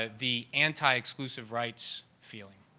ah the anti-exclusive rights feeling.